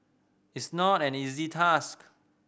it's not an easy task